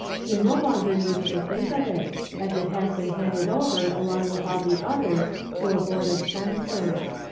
he no longer needs to think of it as it has been handed over along with all the others to a board of censors.